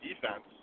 defense